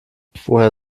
woher